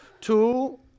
Two